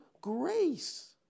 grace